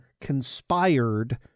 conspired